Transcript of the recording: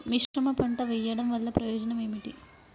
మిశ్రమ పంట వెయ్యడం వల్ల ప్రయోజనం ఏమిటి?